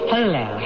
Hello